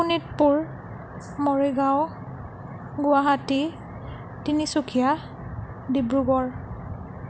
Sonitpur Morigaon Guwahati Tinsukia Dibrugarh